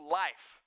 life